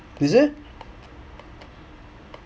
is it